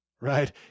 right